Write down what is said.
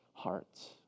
Hearts